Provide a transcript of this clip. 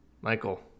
Michael